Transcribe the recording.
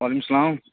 وعلیکُم اسلام